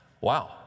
wow